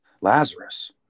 Lazarus